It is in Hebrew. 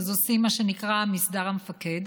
אז עושים מה שנקרא "מסדר המפקד".